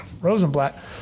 rosenblatt